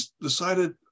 decided